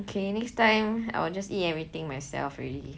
okay next time I will just eat everything myself already